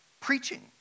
preaching